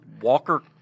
Walker